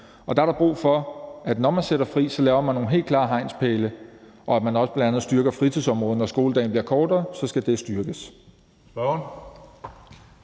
Og dér er der brug for, når man sætter fri, at man laver nogle helt klare hegnspæle, og at man også bl.a. styrker fritidsområdet. Når skoledagen bliver kortere, skal det styrkes.